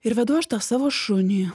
ir vedu aš tą savo šunį